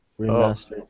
remastered